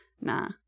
nah